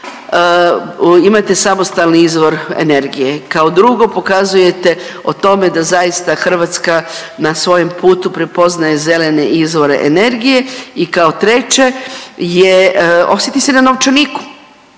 imate samostalni izvor energije, kao drugo pokazujete o tome da zaista Hrvatska na svojem putu prepoznaje zelene izvore energije i kao treće je, osjeti se na novčaniku.